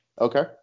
Okay